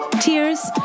tears